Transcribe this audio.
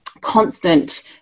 constant